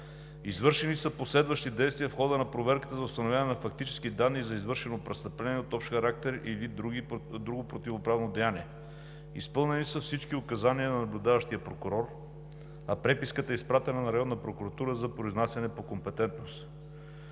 Извършени са последващи действия в хода на проверката за установяване на фактически данни за извършено престъпление от общ характер или друго противоправно деяние. Изпълнени са всички указания на наблюдаващия прокурор, а преписката е изпратена на Районна прокуратура за произнасяне по компетентност.